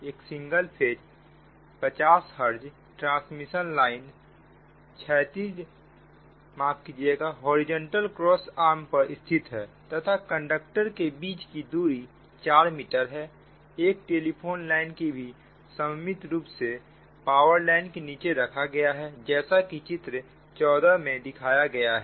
एक single phase 50 hz transmission line horizontal cross arm पर स्थित है तथा कंडक्टर के बीच की दूरी 4 मीटर है एक टेलीफोन लाइन को भी सममित रूप से पावर लाइन के नीचे रखा गया है जैसा कि चित्र 14 में दिखाया गया है